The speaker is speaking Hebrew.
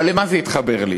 אבל למה זה התחבר לי?